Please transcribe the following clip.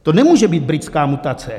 To nemůže být britská mutace.